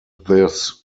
this